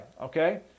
okay